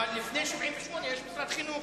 אבל, לפני עמוד 78 יש משרד חינוך.